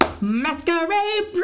Masquerade